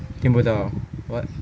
听不到 what